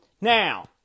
Now